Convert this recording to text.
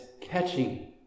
catching